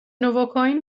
نواکائین